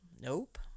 nope